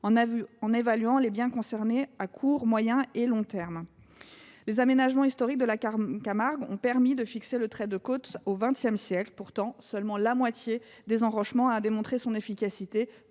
en évaluant les biens concernés à court, à moyen et à long terme. Les aménagements historiques de la Camargue ont permis de fixer le trait de côte au XX siècle. Pourtant, seulement la moitié des enrochements ont démontré leur efficacité.